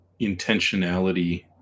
intentionality